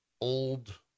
old